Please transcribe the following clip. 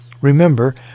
Remember